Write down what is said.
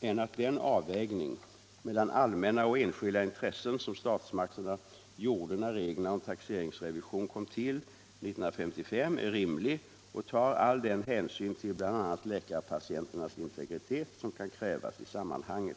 än att den avvägning mellan allmänna och enskilda intressen som statsmakterna gjorde när reglerna om taxeringsrevision kom till 1955 är rimlig och tar all den hänsyn till bl.a. läkarpatienternas integritet som kan krävas i sammanhanget.